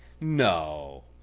no